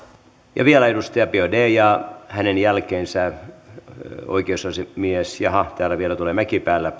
ja vielä edustaja biaudet ja hänen jälkeensä oikeusasiamies jaha täällä vielä tulee edustaja mäkipäällä